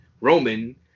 Roman